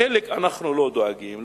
לחלק אנחנו לא דואגים,